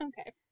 Okay